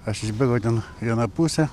aš išbėgau ten vieną pusę